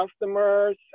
customers